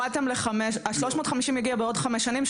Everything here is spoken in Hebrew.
הורדתם ל- ה-350 יגיע בעוד חמש שנים,